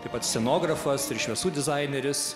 taip pat scenografas ir šviesų dizaineris